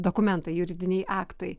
dokumentai juridiniai aktai